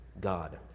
God